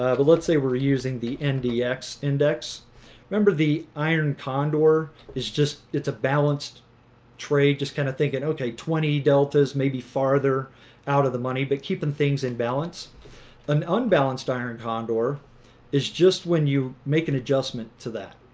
ah but let's say we're using the mdx index remember the iron condor is just it's a balanced trade just kind of thinking okay twenty deltas maybe farther out of the money but keeping things in balance an unbalanced iron condor is just when you make an adjustment to that